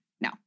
No